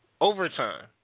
overtime